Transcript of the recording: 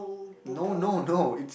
no no no it's